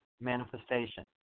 manifestation